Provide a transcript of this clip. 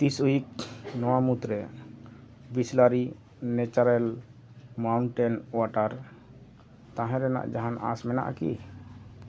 ᱫᱤᱥ ᱩᱭᱤᱠ ᱱᱚᱣᱟ ᱢᱩᱫᱽᱨᱮ ᱵᱤᱥᱞᱟᱨᱤ ᱱᱮᱪᱟᱨᱟᱞ ᱢᱟᱣᱩᱱᱴᱮᱱ ᱚᱣᱟᱴᱟᱨ ᱛᱟᱦᱮᱱ ᱨᱮᱭᱟᱜ ᱡᱟᱦᱟᱱ ᱟᱸᱥ ᱢᱨᱱᱟᱜᱼᱟᱠᱤ